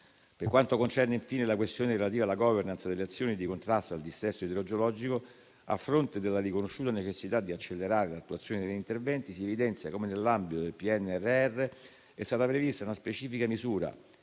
Per quanto concerne infine la questione relativa alla *governance* delle azioni di contrasto al dissesto idrogeologico, a fronte della riconosciuta necessità di accelerare l'attuazione degli interventi, si evidenzia come nell'ambito del PNRR sia stata prevista una specifica misura